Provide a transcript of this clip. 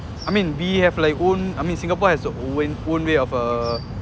I mean we have like own I mean singapore has their own way of uh